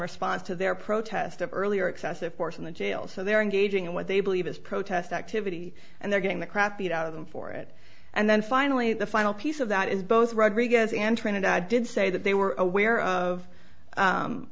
response to their protest of earlier excessive force in the jail so they are engaging in what they believe is protest activity and they're getting the crap beat out of them for it and then finally the final piece of that is both rodriguez and trinidad did say that they were aware of